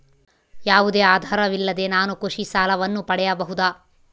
ಯಾವುದೇ ಆಧಾರವಿಲ್ಲದೆ ನಾನು ಕೃಷಿ ಸಾಲವನ್ನು ಪಡೆಯಬಹುದಾ?